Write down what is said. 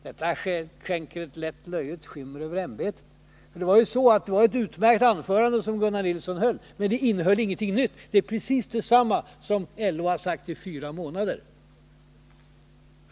Detta skänker ett lätt löjets skimmer över ämbetet. Det var ju ett utmärkt anförande som Gunnar Nilsson höll. Däremot innehöll det ingenting nytt. Det innehöll precis detsamma som LO har sagt i fyra månader.